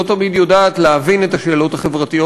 לא תמיד יודעת להבין את השאלות החברתיות